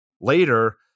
later